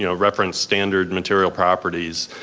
you know referenced standard material properties.